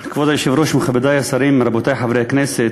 כבוד היושב-ראש, מכובדי השרים, רבותי חברי הכנסת,